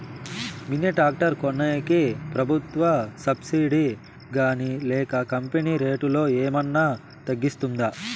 Mini tractor కొనేకి ప్రభుత్వ subsidy గాని లేక కంపెని రేటులో ఏమన్నా తగ్గిస్తుందా?